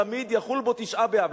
תמיד יחול בו תשעה באב,